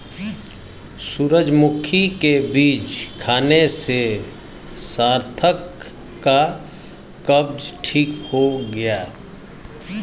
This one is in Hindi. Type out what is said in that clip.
सूरजमुखी के बीज खाने से सार्थक का कब्ज ठीक हो गया